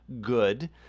good